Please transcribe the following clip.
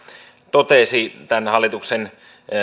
totesi tämän hallituksen